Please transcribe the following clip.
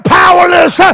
powerless